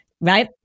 Right